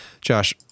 Josh